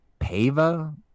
Pava